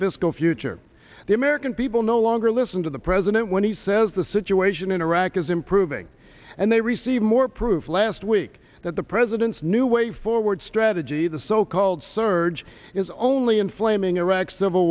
fiscal future the american people no longer listen to the president when he says the situation in iraq is improving and they receive more proof last week that the president's new way forward strategy the so called surge is only inflaming iraq's civil